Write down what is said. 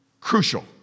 crucial